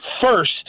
first